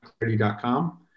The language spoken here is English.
clarity.com